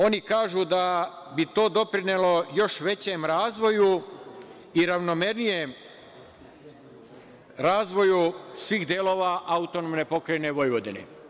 Oni kažu da bi to doprinelo još većem razvoju i ravnomernijem razvoju svih delova AP Vojvodine.